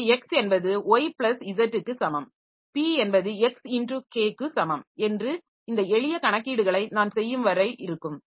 எனவே x என்பது y plus z க்கு சமம் p என்பது x k க்கு சமம் என்று இந்த எளிய கணக்கீடுகளை நான் செய்யும் வரை இருக்கும்